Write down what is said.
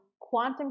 quantum